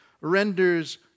renders